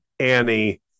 Annie